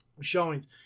showings